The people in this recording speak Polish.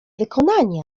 wykonania